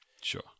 Sure